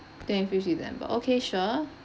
twenty fifth december okay sure